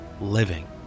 living